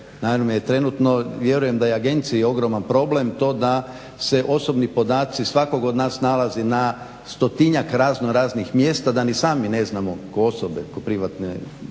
Naravno, jer trenutno vjerujem da je i agenciji ogroman problem to da se osobni podaci svakog od nas nalaze na stotinjak razno raznih mjesta, da ni sami ne znamo kao osobe, kao privatne